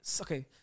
Okay